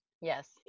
Yes